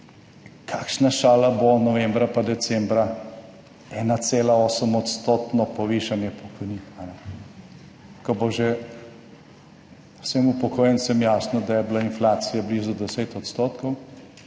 kakšna šala bo novembra pa decembra 1,8 odstotno povišanje pokojnin, ko bo že vsem upokojencem jasno, da je bila inflacija blizu 10 %